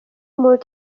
মোৰ